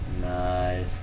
Nice